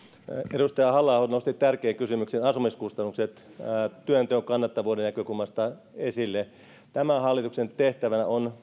edustaja halla aho nosti esille tärkeän kysymyksen asumiskustannukset työnteon kannattavuuden näkökulmasta tämän hallituksen tehtävänä on